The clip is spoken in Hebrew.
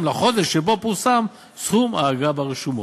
לחודש שבו פורסם סכום האגרה ברשומות.